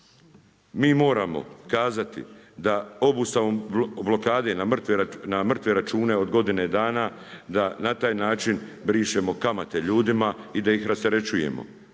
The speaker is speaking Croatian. Mi moramo kazati da obustavom blokade na mrtve račune od godine dana, da na taj način brišemo kamate ljudima i da ih rasterećujemo.